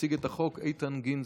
יציג את החוק איתן גינזבורג,